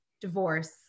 divorce